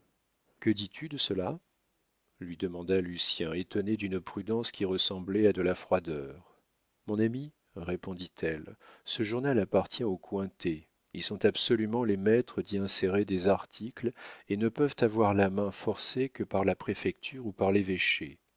que dis-tu de cela lui demanda lucien étonné d'une prudence qui ressemblait à de la froideur mon ami répondit-elle ce journal appartient aux cointet ils sont absolument les maîtres d'y insérer des articles et ne peuvent avoir la main forcée que par la préfecture ou par l'évêché